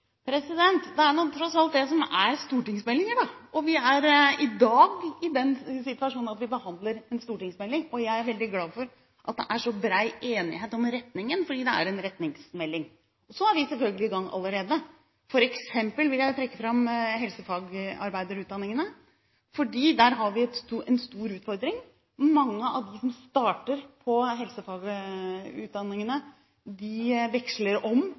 Det er tross alt slik stortingsmeldinger er. Vi er i dag i den situasjonen at vi behandler en stortingsmelding. Jeg er veldig glad for at det er så bred enighet om retningen, for det er en retningsmelding. Så er vi selvfølgelig i gang allerede. For eksempel vil jeg trekke fram helsefagarbeiderutdanningene, for der har vi en stor utfordring. Mange av dem som starter på helsefagutdanningene, veksler om